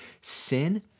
sin